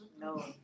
no